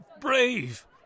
Brave